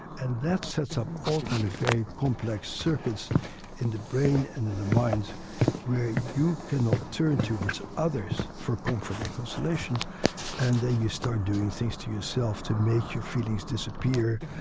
and that sets up all kinds of very complex circuits in the brain and in the mind where you cannot turn towards others for comfort and consolation and then you start doing things to yourself to make your feelings disappear,